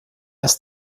ist